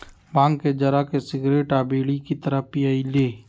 भांग के जरा के सिगरेट आ बीड़ी के तरह पिअईली